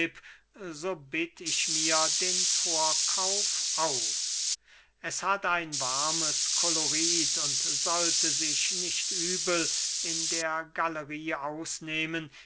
so bitt ich mir den vorkauf aus es hat ein warmes kolorit und sollte sich nicht übel in der gallerie ausnehmen